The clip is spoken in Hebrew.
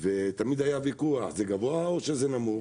ותמיד היה ויכוח זה גבוה או שזה נמוך?